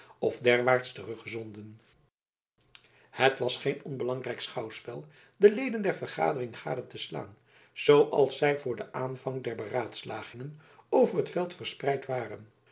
of derwaarts teruggezonden het was geen onbelangrijk schouwspel de leden der vergadering gade te slaan zooals zij voor den aanvang der beraadslagingen over het veld verspreid waren